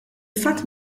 fatt